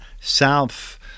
south